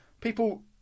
people